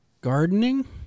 Gardening